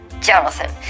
Jonathan